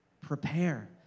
Prepare